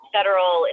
Federal